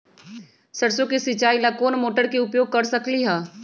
सरसों के सिचाई ला कोंन मोटर के उपयोग कर सकली ह?